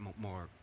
more